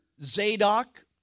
Zadok